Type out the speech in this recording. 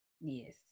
Yes